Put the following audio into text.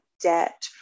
debt